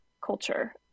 culture